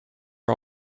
are